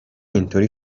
اینطوری